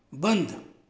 बंद